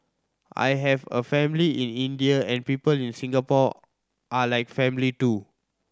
I have a family in India and people in Singapore are like family too